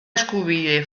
eskubide